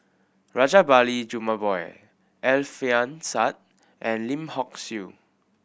Rajabali Jumabhoy Alfian Sa'at and Lim Hock Siew